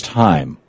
time